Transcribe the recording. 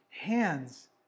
hands